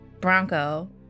Bronco